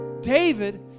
David